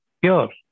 pure